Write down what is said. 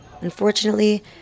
Unfortunately